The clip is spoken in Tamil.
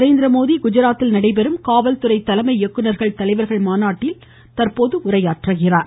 நரேந்திரமோடி குஜராத்தில் நடைபெறும் காவல்துறை தலைமை இயக்குநர்கள் தலைவர்களின் மாநாட்டில் தற்போது உரையாற்றுகிறார்